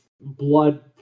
Blood